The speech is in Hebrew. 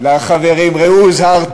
ועוד דבר קטן כאן לחברים: ראו הוזהרתם.